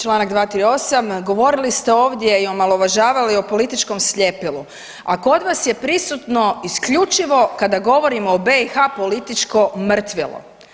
Članak 238., govorili ste ovdje i omalovažavali o političkom sljepilu, a kod vas je prisutno isključivo kada govorimo o BiH političko mrtvilo.